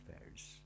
Affairs